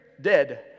dead